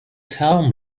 tell